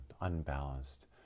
unbalanced